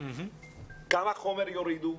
כמה חומר יורידו?